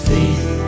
Faith